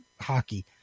hockey